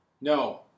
No